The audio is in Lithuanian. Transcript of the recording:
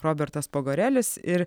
robertas pogorelis ir